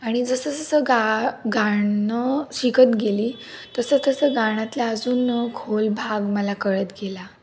आणि जसं जसं गा गाणं शिकत गेले तसं तसं गाण्यातल्या अजून खोल भाग मला कळत गेला